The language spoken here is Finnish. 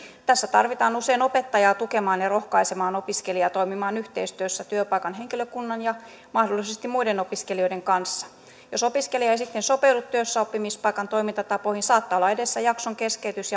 tässä tarvitaan usein opettajaa tukemaan ja rohkaisemaan opiskelijaa toimimaan yhteistyössä työpaikan henkilökunnan ja mahdollisesti muiden opiskelijoiden kanssa jos opiskelija ei sitten sopeudu työssäoppimispaikan toimintatapoihin saattaa olla edessä jakson keskeytys